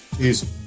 Easy